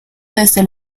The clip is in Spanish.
desde